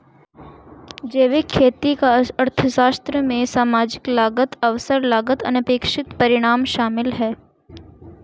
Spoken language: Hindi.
जैविक खेती का अर्थशास्त्र में सामाजिक लागत अवसर लागत अनपेक्षित परिणाम शामिल है